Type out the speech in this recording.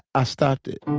i stopped it.